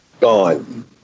Gone